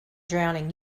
drowning